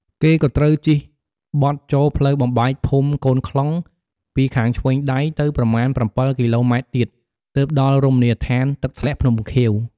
គេក៏ត្រូវជិះបត់ចូលផ្លូវបំបែកភូមិកូនខ្លុងពីខាងឆ្វេងដៃ ទៅប្រមាណ ៧គីឡូម៉ែត្រទៀត ទើបដល់រមណីយដ្ឋាន «ទឹកធ្លាក់ភ្នំខៀវ»។